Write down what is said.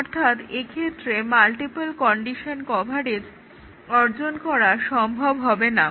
অর্থাৎ এক্ষেত্রে multiple condition coverage অর্জন করা সম্ভব হবে না